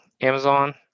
amazon